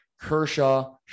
Kershaw